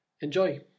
Enjoy